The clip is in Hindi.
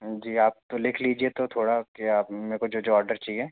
जी आप तो लिख लीजिए तो थोड़ा क्या आप मेरे को जो जो और्डर चाहिए